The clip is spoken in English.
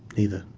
either.